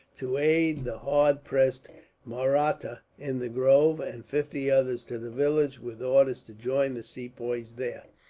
to aid the hard-pressed mahrattas in the grove and fifty others to the village, with orders to join the sepoys there,